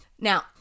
now